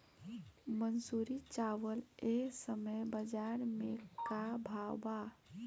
मंसूरी चावल एह समय बजार में का भाव बा?